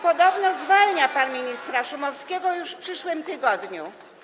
Podobno zwalnia pan ministra Szumowskiego już w przyszłym tygodniu.